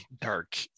dark